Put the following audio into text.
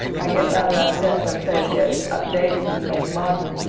i get rather upset when plays get updated and made modern,